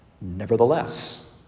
Nevertheless